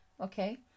Okay